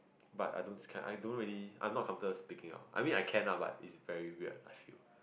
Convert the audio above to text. but I don't I don't really I am not comfortable speaking out I mean I can lah but it's very weird I feel